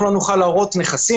לכך שלא נוכל להראות נכסים,